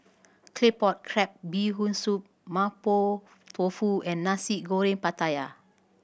Claypot Crab Bee Hoon Soup Mapo Tofu and Nasi Goreng Pattaya